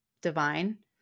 divine